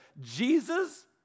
Jesus